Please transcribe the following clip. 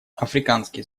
африканские